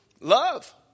love